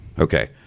Okay